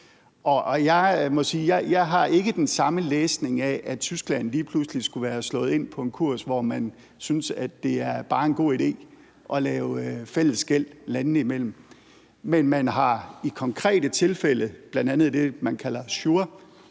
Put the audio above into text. jeg ikke har den samme læsning af, at Tyskland lige pludselig skulle være slået ind på en kurs, hvor man synes, at det bare er en god idé at lave fælles gæld landene imellem. Men man har i konkrete tilfælde, bl.a. i det, man kalder SURE,